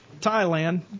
Thailand